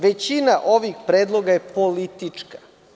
Većina ovih predloga je politička.